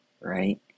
right